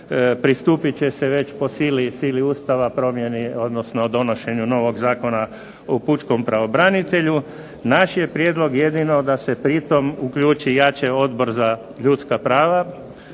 pristupit će se već po sili Ustava, promjeni, odnosno donošenju novog Zakona o Pučkom pravobranitelju. Naš je prijedlog jedino da se pritom uključi jače Odbor za ljudska prava,